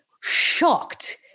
shocked